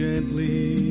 Gently